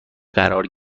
قرار